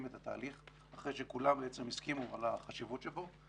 את התהליך אחרי שכולם הסכימו על החשיבות שלו.